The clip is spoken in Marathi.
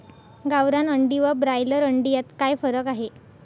गावरान अंडी व ब्रॉयलर अंडी यात काय फरक आहे?